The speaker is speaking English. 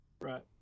Right